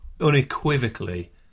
unequivocally